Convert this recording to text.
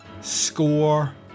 score